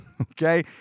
okay